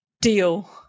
deal